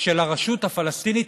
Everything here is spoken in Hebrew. של הרשות הפלסטינית,